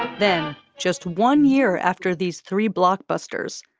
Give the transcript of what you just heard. then, just one year after these three blockbusters,